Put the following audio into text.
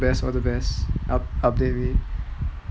all the best man up there man